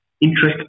Interest